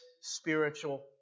spiritual